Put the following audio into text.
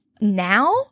now